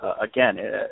again